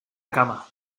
cama